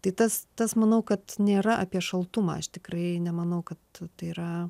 tai tas tas manau kad nėra apie šaltumą aš tikrai nemanau kad tai yra